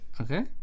Okay